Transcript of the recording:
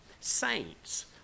saints